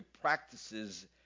practices